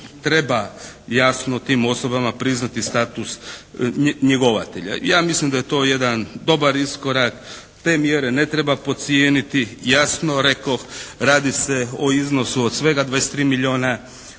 treba jasno tim osobama priznati status njegovatelja. Ja mislim da je to jedan dobar iskorak, te mjere ne treba podcijeniti. Jasno, rekoh radi se o iznosu od svega 23 milijona